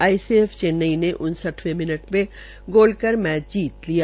ICF Chennai ने उनसठवें minute में गोल कर मैच जीत लिया